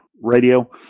radio